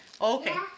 Okay